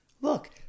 Look